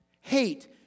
Hate